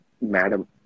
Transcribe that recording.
madam